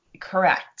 Correct